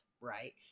right